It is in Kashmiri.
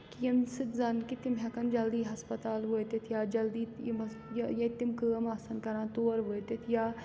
کہِ ییٚمہِ سۭتۍ زَن کہِ تِم ہٮ۪کَن جلدی ہَسپَتال وٲتِتھ یا جلدی یا ییٚتہِ تِم کٲم آسَن کَران تور وٲتِتھ یا